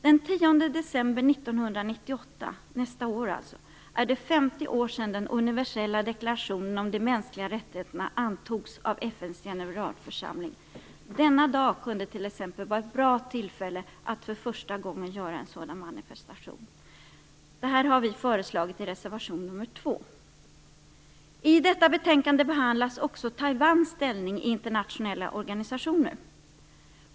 Den 10 december 1998, nästa år alltså, är det 50 år sedan den universella deklarationen om de mänskliga rättigheterna antogs av FN:s generalförsamling. Denna dag kunde vara ett bra tillfälle att för första gången göra en sådan manifestation. Detta har vi föreslagit i reservation nr 2. I detta betänkande behandlas också Taiwans ställning i internationella organisationer.